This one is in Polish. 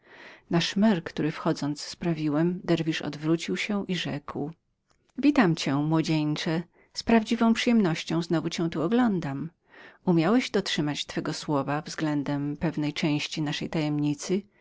na szmer który wchodząc sprawiłem derwisz odwrócił się i rzekł witam cię młodzieńcze z prawdziwą przyjemnością znowu cię tu oglądam umiałeś dotrzymać twego słowa względem pewnej części naszej tajemnicy